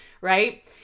right